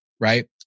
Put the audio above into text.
right